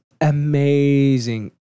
amazing